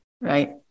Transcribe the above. Right